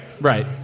Right